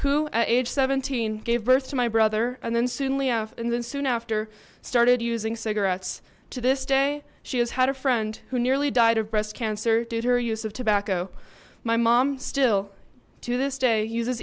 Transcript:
who at age seventeen gave birth to my brother and then soon and then soon after started using cigarettes to this day she has had a friend who nearly died of breast cancer due to her use of tobacco my mom still to this day uses